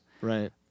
Right